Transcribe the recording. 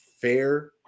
fair